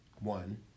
One